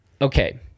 Okay